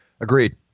Agreed